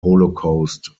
holocaust